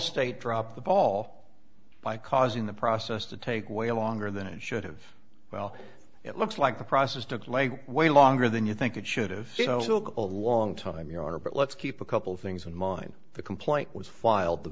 allstate dropped the ball by causing the process to take way longer than it should have well it looks like the process took my way longer than you think it should have a long time your honor but let's keep a couple of things in mind the complaint was filed the